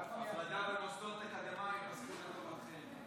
בוועדה למוסדות אקדמיים פסקו לטובתכם,